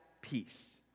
peace